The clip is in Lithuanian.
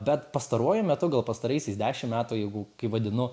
bet pastaruoju metu gal pastaraisiais dešim metų jeigu kai vadinu